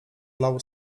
lał